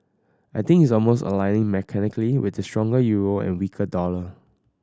I think it's almost aligning mechanically with the stronger euro and weaker dollar